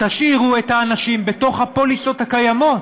תשאירו את האנשים בתוך הפוליסות הקיימות.